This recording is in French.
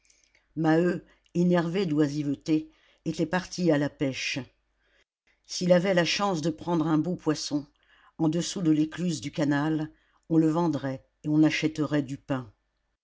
maheu énervé d'oisiveté était parti à la pêche s'il avait la chance de prendre un beau poisson en dessous de l'écluse du canal on le vendrait et on achèterait du pain